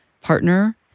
partner